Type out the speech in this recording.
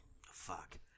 fuck